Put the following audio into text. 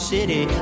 City